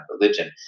religion